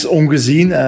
ongezien